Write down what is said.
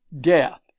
death